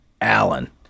Allen